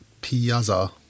Piazza